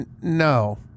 No